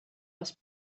was